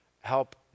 Help